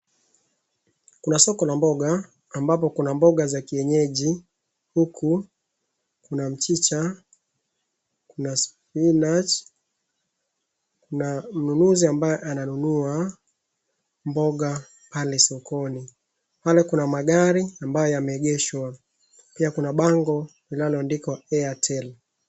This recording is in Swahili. Kuna soko la mboga, ambapo kuna mboga za kienyeji huku kuna mchicha, kuna spinach na mnunuzi ambaye ananunua mboga pale sokoni. Pale kuna magari ambayo yameegeshwa, pia kuna bango linaloandikwa Airtel.